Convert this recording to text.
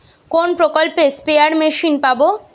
কোন প্রকল্পে spare machine পাব?